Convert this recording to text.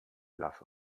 lass